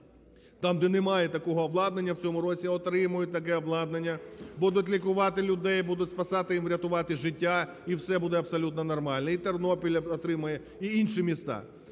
там, де немає такого обладнання, в цьому році отримають таке обладнання, будуть лікувати людей, будуть спасати і рятувати життя і все буде абсолютно нормально, і Тернопіль отримає, і ніші міста.